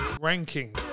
Ranking